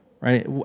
right